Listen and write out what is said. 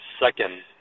second